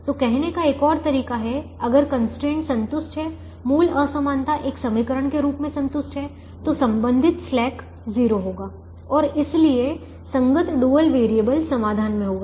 तो कहने का एक और तरीका है अगर कंस्ट्रेंट संतुष्ट है मूल असमानता एक समीकरण के रूप में संतुष्ट है तो संबंधित स्लैक 0 होगा और इसलिए संगत डुअल वैरिएबल समाधान में होगा